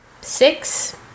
six